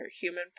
human